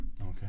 Okay